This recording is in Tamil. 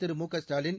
திரு மு க ஸ்டாலின்